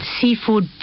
seafood